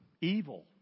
Evil